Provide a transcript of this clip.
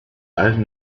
allen